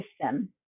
system